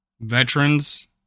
Veterans